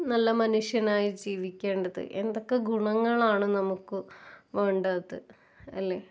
നല്ല മനുഷ്യനായി ജീവിക്കേണ്ടത് എന്തൊക്കെ ഗുണങ്ങളാണ് നമുക്ക് വേണ്ടത് അല്ലേ